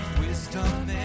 wisdom